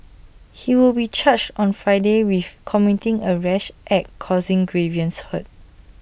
he will be charged on Friday with committing A rash act causing grievous hurt